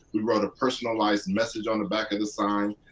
we wrote a personalized message on the back of the sign.